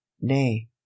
nay